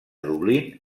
dublín